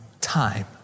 Time